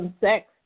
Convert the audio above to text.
sex